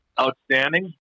outstanding